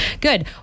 good